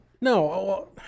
No